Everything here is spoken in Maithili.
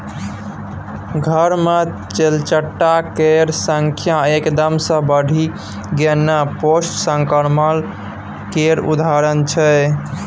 घर मे तेलचट्टा केर संख्या एकदम सँ बढ़ि गेनाइ पेस्ट संक्रमण केर उदाहरण छै